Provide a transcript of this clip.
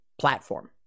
platform